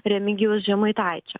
remigijaus žemaitaičio